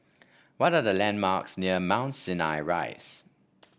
what are the landmarks near Mount Sinai Rise